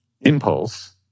impulse